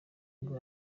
ngo